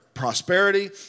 prosperity